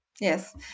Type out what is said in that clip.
yes